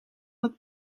dat